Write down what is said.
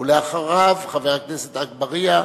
אחריו, חבר הכנסת אגבאריה,